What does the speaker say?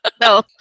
no